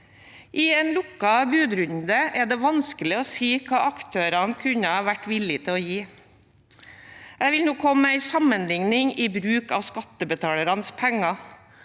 I en lukket budrunde er det vanskelig å si hva aktørene kunne vært villig til å gi. Jeg vil nå komme med en sammenligning i bruk av skattebetalernes penger: